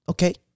Okay